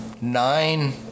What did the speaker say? nine